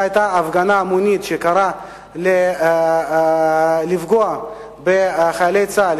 והיתה הפגנה המונית שקראה לפגוע בחיילי צה"ל,